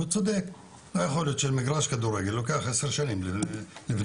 לא יכול להיות שמגרש כדורגל לוקח עשר שנים לבנות.